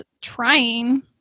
trying